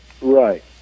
Right